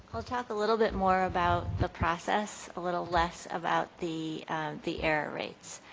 i'll talk a little bit more about the process, a little less about the the error rates.